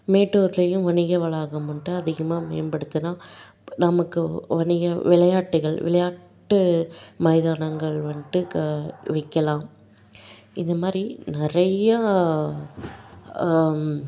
மேட்டூர்லையும் வணிக வளாகம் வந்துட்டு அதிகமாக மேம்படுத்தினா நமக்கு வணிக விளையாட்டுகள் விளையாட்டு மைதானங்கள் வந்துட்டு க விற்கலாம் இதுமாதிரி நிறையா